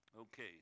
Okay